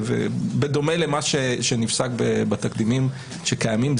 בדומה למה שנפסק בתקדימים שקיימים.